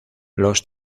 los